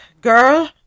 girl